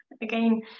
again